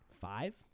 Five